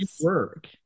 work